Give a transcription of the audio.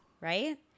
Right